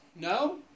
No